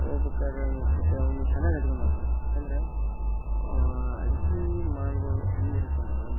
ಹೋಗ್ಬೇಕಾರೆ ಅನ್ನಸ್ತದೆ ಅವನು ಚೆನ್ನಾಗ್ ಅಡುಗೆ ಮಾಡ್ತಾನೆ ಯಾಕಂದ್ರೆ ಅಡುಗೆ ಮಾಡೋದು ಹೇಗಿರತ್ತಂದ್ರೆ